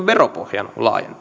veropohjan laajentaminen